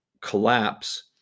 collapse